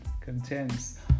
contains